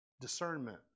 discernment